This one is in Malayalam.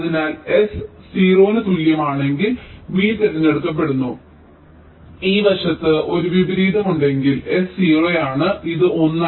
അതിനാൽ s 0 ന് തുല്യമാണെങ്കിൽ v തിരഞ്ഞെടുക്കപ്പെടുന്നു ഈ വശത്ത് ഒരു വിപരീതമുണ്ടെങ്കിൽ s 0 ആണ് ഇത് 1